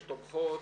יש תומכות.